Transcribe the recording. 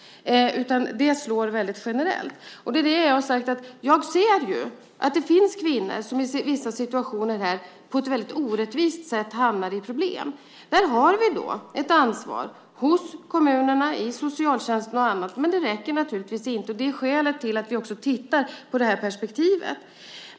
Det hela slår generellt. Jag har sagt att jag ser att det finns kvinnor som i vissa situationer på ett orättvist sätt hamnar i problem. Där har vi ett ansvar hos kommunerna, i socialtjänsten och på andra ställen. Men det räcker naturligtvis inte, och det är skälet till att vi tittar på det här perspektivet.